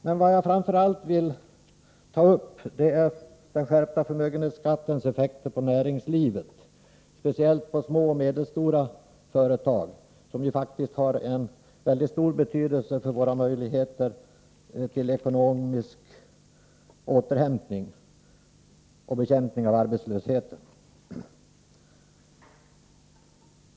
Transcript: Men vad jag framför allt vill ta upp är den skärpta förmögenhetsskattens effekter på näringslivet, speciellt på små och medelstora företag, som ju faktiskt har en väldigt stor betydelse för våra möjligheter till ekonomisk återhämtning och bekämpning av arbetslösheten.